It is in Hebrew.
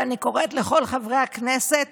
ואני קוראת לכל חברי הכנסת